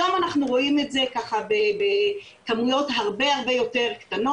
היום אנחנו רואים את זה בכמויות הרבה יותר קטנות,